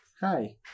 Hi